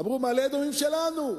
אמרו: מעלה-אדומים שלנו.